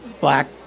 black